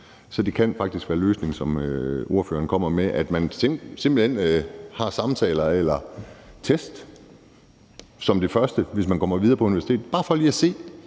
Så det kan faktisk være løsningen, som ordføreren kommer med, altså at man simpelt hen har samtaler eller test som det første, hvis man kommer ind på universitetet. Det kunne f.eks.